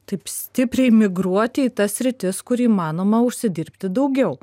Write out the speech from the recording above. taip stipriai migruoti į tas sritis kur įmanoma užsidirbti daugiau